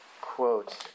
quote